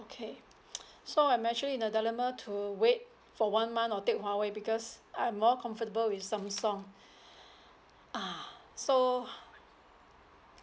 okay so I'm actually in a dilemma to wait for one month or take Huawei because I'm more comfortable with Samsung ah so